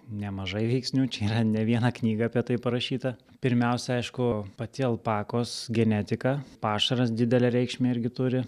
nemažai veiksnių čia yra ne viena knyga apie tai parašyta pirmiausia aišku pati alpakos genetika pašaras didelę reikšmę irgi turi